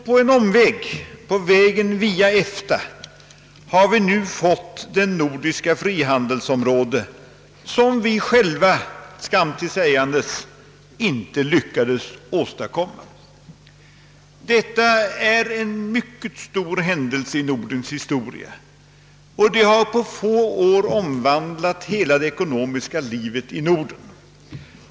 På en omväg, via EFTA, har vi emellertid nu fått det nordiska frihandelsområde som vi själva, skam till sägandes, inte lyckats åstadkomma. Detta är en mycket stor händelse i Nordens historia som på få år omvandlat hela det ekonomiska livet i Norden.